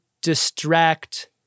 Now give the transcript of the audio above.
distract